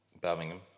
Birmingham